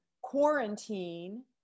quarantine